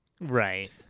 Right